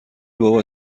بابا